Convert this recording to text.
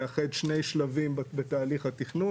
לאחד שני שלבים בתהליך התכנון.